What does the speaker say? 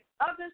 others